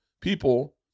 people